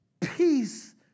Peace